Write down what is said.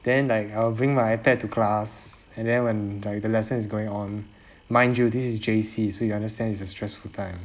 then like I will bring my ipad to class and then when like the lesson is going on mind you this is J_C so you understand is a stressful time